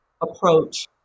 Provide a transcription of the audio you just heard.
approach